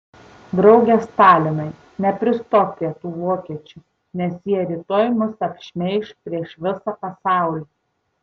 drauge stalinai nepristok prie tų vokiečių nes jie rytoj mus apšmeiš prieš visą pasaulį